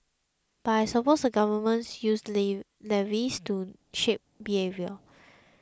but I suppose the government uses levies to shape behaviour